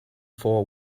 for